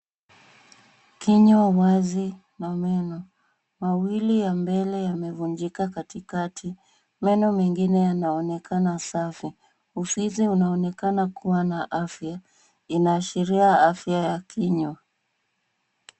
Kinywa wazi na meno mawili ya mbele yamevunjika katikati. Meno mengine yanaonekana safi. Ufizi unaonekana kuwa na afya. Inaashiria afya ya kinywa.